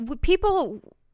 people